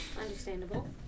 Understandable